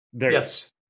Yes